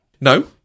No